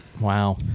Wow